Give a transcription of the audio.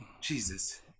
Jesus